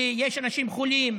יש אנשים חולים,